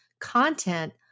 content